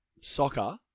soccer